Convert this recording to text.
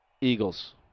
Eagles